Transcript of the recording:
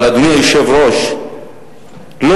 אבל,